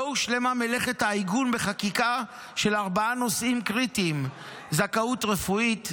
לא הושלמה מלאכת העיגון בחקיקה של ארבעה נושאים קריטיים: זכאות רפואית,